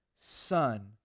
son